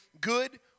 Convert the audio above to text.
good